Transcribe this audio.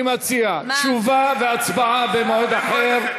אני מציע: תשובה והצבעה במועד אחר.